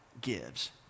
gives